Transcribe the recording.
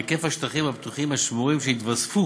היקף השטחים הפתוחים השמורים שהתווספו